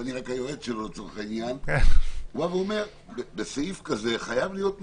ואני רק היועץ שלו לצורך העניין: בסעיף כזה חייבות להיות מדרגות.